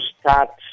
start